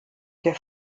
der